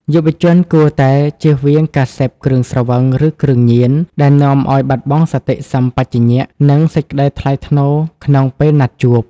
យុវជនគួរតែ "ចៀសវាងការសេពគ្រឿងស្រវឹង ឬគ្រឿងញៀន" ដែលនាំឱ្យបាត់បង់សតិសម្បជញ្ញៈ និងសេចក្ដីថ្លៃថ្នូរក្នុងពេលណាត់ជួប។